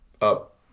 Up